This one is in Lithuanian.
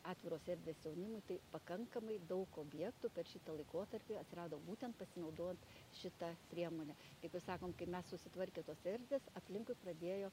atviros erdvės jaunimui tai pakankamai daug objektų per šitą laikotarpį atsirado būtent pasinaudojant šita priemone kaip ir sakom kai mes susitvarkė tos erdvės aplinkui pradėjo